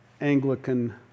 Anglican